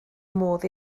modd